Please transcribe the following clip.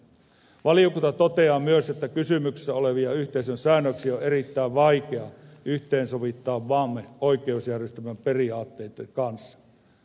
valiokunta toteaa myös että kysymyksessä olevia yhteisön säännöksiä on erittäin vaikea yhteensovittaa maamme oikeusjärjestelmän periaatteitten kanssa